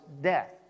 death